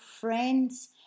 friends